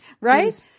Right